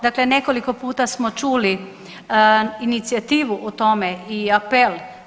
Dakle nekoliko puta smo čuli inicijativu o tome i apel.